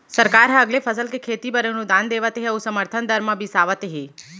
सरकार ह अलगे फसल के खेती बर अनुदान देवत हे अउ समरथन दर म बिसावत हे